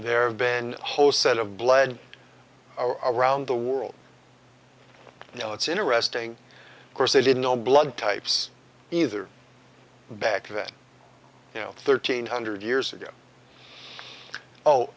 there have been whole set of blood around the world you know it's interesting because they didn't know blood types either back that thirteen hundred years ago oh